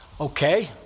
Okay